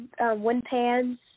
windpans